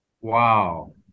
Wow